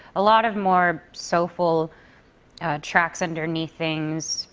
a lot of more soulful tracks underneath things.